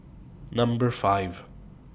Number five